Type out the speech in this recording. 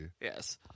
Yes